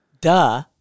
duh